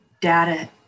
data